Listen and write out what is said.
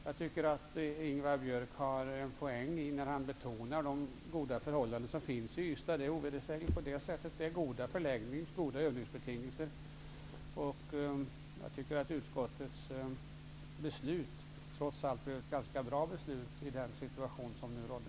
Jag tycker att Ingvar Björk har en poäng när han betonar de goda förhållanden som finns i Ystad. Det är ovedersägligen på det sättet. Det är goda förläggningar, goda övningsbetingelser. Jag tycker att utskottets ställningstagande trots allt blev ganska bra i den situation som rådde.